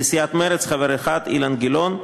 לסיעת מרצ חבר אחד: אילן גילאון.